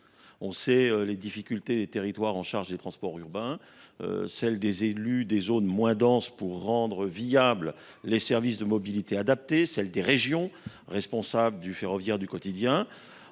On sait les difficultés des territoires qui sont chargés des transports urbains ; celles que rencontrent les élus des zones moins denses pour rendre viables les services de mobilité adaptée ; celles des régions responsables du ferroviaire du quotidien.